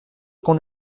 qu’on